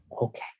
okay